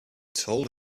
told